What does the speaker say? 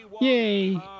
yay